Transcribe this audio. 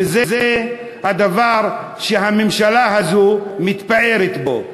וזה הדבר שהממשלה הזו מתפארת בו.